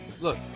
Look